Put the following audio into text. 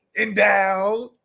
endowed